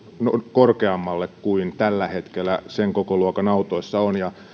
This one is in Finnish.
korkeammalle kuin tällä hetkellä sen kokoluokan autoissa on ja